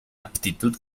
aptitud